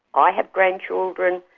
i have grandchildren,